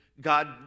God